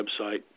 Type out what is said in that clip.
website